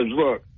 Look